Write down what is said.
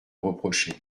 reprocher